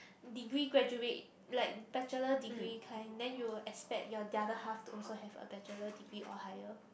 degree graduate like bachelor degree kind then you will expect your the other half also have a bachelor degree or higher